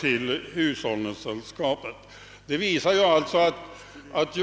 Det visar, synes det mig, att